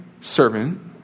servant